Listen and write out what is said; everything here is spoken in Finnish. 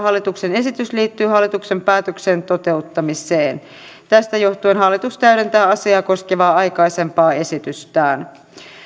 hallituksen esitys liittyy hallituksen päätöksen toteuttamiseen tästä johtuen hallitus täydentää asiaa koskevaa aikaisempaa esitystään